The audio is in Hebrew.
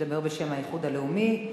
שידבר בשם האיחוד הלאומי.